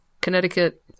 Connecticut